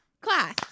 Class